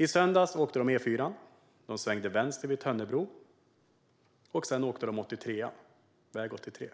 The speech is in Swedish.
I söndags åkte de på E4:an, svängde vänster vid Tönnebro och åkte sedan väg 83.